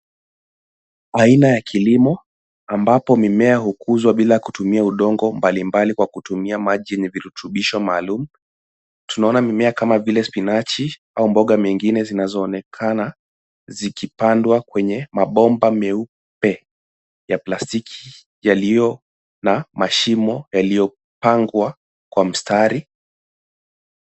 Aina ya kilimo ambapo mimea hukuzwa bila kutumia udongo mbalimbali kwa kutumia maji yenye virutubisho maalum. Tunaona mimea kama vile spinach au mboga mengine zinazoonekana zikipandwa kwenye mabomba meupe ya plastiki yaliyo na mashimo yaliyopangwa kwa mstari.